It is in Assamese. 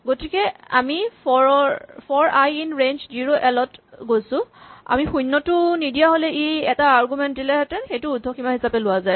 গতিকে আমি for i in range zero L ত গৈছো আমি শূণ্যটো নিদিয়া হ'লে ই এটা আৰগুমেন্ট দিলেহেঁতেন সেইটো উৰ্দ্ধসীমা হিচাপে লোৱা যায়